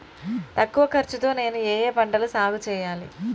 తక్కువ ఖర్చు తో నేను ఏ ఏ పంటలు సాగుచేయాలి?